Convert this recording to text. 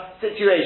situation